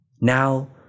Now